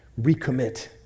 Recommit